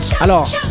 Alors